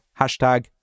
hashtag